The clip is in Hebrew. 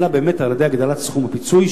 אלא על-ידי הגדלת הפיצוי,